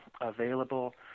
available